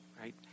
right